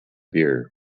beer